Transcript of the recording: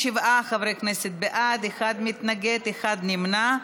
57 חברי כנסת בעד, אחד מתנגד, אחד נמנע.